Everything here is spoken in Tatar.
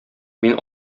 мин